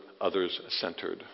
others-centered